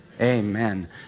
Amen